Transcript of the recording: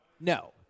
No